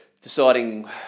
deciding